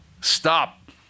stop